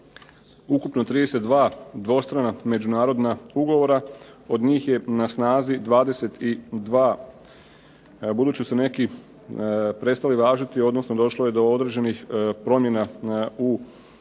ukupno 32 dvostrana međunarodna ugovora, od njih je na snazi 22. Budući su neki prestali važiti, odnosno došlo je do određenih promjena u okviru tih